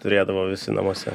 turėdavo visi namuose